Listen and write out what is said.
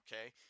okay